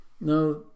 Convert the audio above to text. Now